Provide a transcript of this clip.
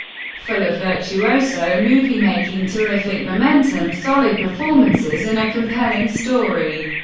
full of virtuoso moviemaking, terrific momentum, solid performances and a compelling story.